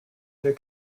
der